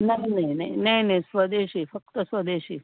नाही नाही नाही नाही स्वदेशी फक्त स्वदेशी